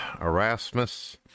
Erasmus